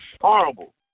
Horrible